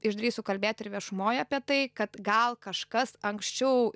išdrįsiu kalbėti ir viešumoj apie tai kad gal kažkas anksčiau